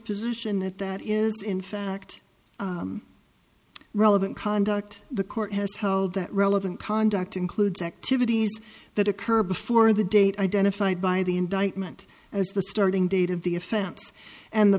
position that that is in fact relevant conduct the court has held that relevant conduct includes activities that occur before the date identified by the indictment as the starting date of the offense and the